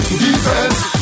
defense